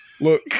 Look